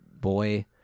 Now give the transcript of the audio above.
boy